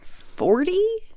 forty?